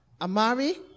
Amari